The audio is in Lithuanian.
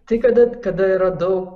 tai kada kada yra daug